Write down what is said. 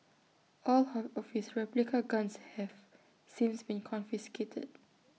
all of his of replica guns have since been confiscated